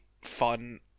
fun